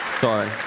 Sorry